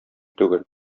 түгел